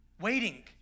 Waiting